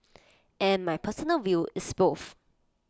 and my personal view is both